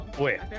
wait